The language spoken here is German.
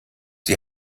die